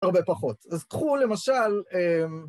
הרבה פחות. אז קחו למשל...